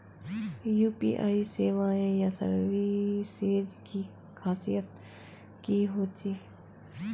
UPI सेवाएँ या services की खासियत की होचे?